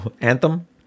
anthem